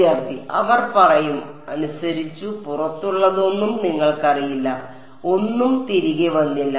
വിദ്യാർത്ഥി അവർ പറയും അനുസരിച്ചു പുറത്തുള്ളതൊന്നും നിങ്ങൾക്കറിയില്ല ഒന്നും തിരികെ വന്നില്ല